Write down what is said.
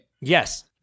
yes